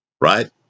right